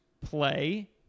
play